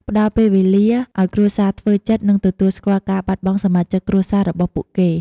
ផ្តល់ពេលវេលាឱ្យគ្រួសារធ្វើចិត្ត និងទទួលស្គាល់ការបាត់បង់សមាជិកគ្រួសាររបស់ពួកគេ។